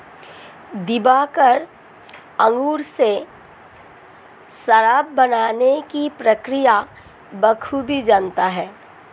दिवाकर अंगूर से शराब बनाने की प्रक्रिया बखूबी जानता है